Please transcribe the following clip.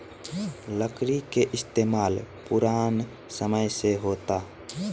लकड़ी के इस्तमाल पुरान समय से होता